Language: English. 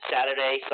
Saturday